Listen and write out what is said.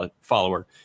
follower